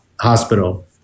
hospital